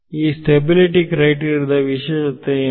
ಈ stability criteria ದ ವಿಶೇಷತೆ ಏನು